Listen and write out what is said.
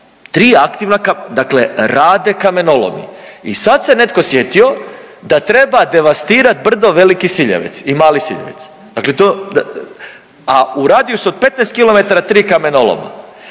dakle rade kamenolomi i sad se netko sjetio da treba devastirati brdo Veliki Siljevec i Mali Siljevec. Dakle to, a u radijusu od 15 km, 3 kamenoloma,